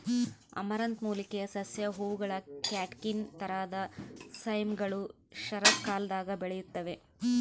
amaranth ಮೂಲಿಕೆಯ ಸಸ್ಯ ಹೂವುಗಳ ಕ್ಯಾಟ್ಕಿನ್ ತರಹದ ಸೈಮ್ಗಳು ಶರತ್ಕಾಲದಾಗ ಬೆಳೆಯುತ್ತವೆ